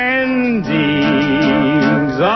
endings